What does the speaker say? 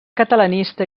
catalanista